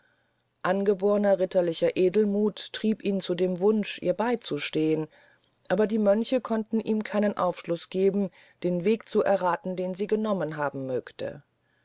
angebohrner ritterlicher edelmuth trieb ihn zu dem wunsch ihr beyzustehn aber die mönche konnten ihm keinen aufschluß geben den weg zu errathen den sie genommen haben mögte